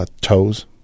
toes